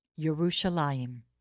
Yerushalayim